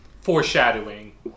foreshadowing